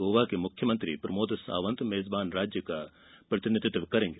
गोवा के मुख्यमंत्री प्रमोद सावंत मेजबान राज्य का प्रतिनिधित्व करेंगे